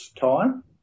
time